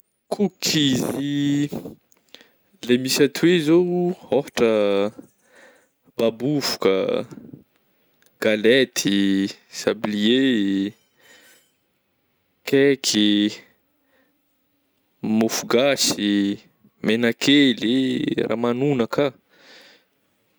Cookies le misy atoy io zao ôhatra babofoka ah, galety, sablier, cake ih, mofo gasy, megnakely eh, ramanognaka ah,